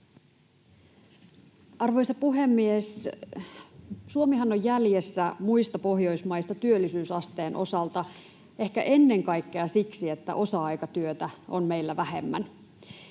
Arvoisa puhemies! Suomihan on jäljessä muista Pohjoismaista työllisyysasteen osalta ehkä ennen kaikkea siksi, että osa-aikatyötä on meillä vähemmän